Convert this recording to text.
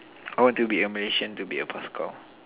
I want to be a Malaysian to be a bus cow